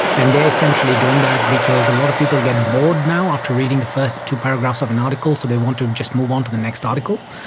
and they essentially are doing that because a lot of people get bored now after reading the first two paragraphs of an article, so they want to just move on to the next article.